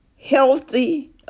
healthy